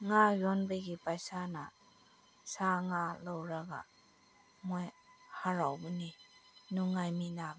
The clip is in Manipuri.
ꯉꯥ ꯌꯣꯟꯕꯒꯤ ꯄꯩꯁꯥꯅ ꯁꯥ ꯉꯥ ꯂꯧꯔꯒ ꯃꯣꯏ ꯍꯔꯥꯎꯕꯅꯤ ꯅꯨꯡꯉꯥꯏꯃꯤꯟꯅꯕꯅꯤ